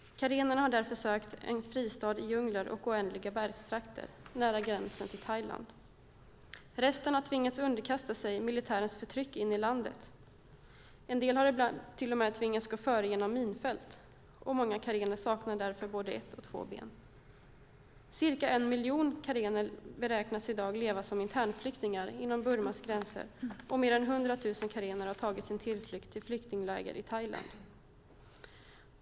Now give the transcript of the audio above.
Karener har därför sökt en fristad i djungler och oländiga bergstrakter nära gränsen till Thailand. Resten har tvingats underkasta sig militärens förtryck inne i landet. En del har ibland till och med tvingats gå före genom minfält, och många karener saknar därför både ett och två ben. Cirka en miljon karener beräknas i dag leva som internflyktingar inom Burmas gränser, och mer än 100 000 karener har tagit sin tillflykt till flyktingläger i Thailand.